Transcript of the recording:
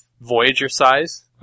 Voyager-size